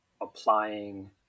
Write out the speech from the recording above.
applying